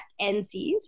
NCs